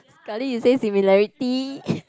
sekali you say similarity